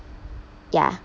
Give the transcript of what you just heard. ya